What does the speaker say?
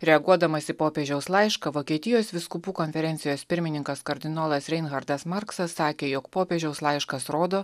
reaguodamas į popiežiaus laišką vokietijos vyskupų konferencijos pirmininkas kardinolas reinhardas marksas sakė jog popiežiaus laiškas rodo